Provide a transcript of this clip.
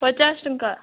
ପଚାଶ ଟଙ୍କା